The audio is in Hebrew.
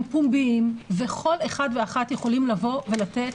פומביים וכל אחד ואחת יכולים לבוא ולתת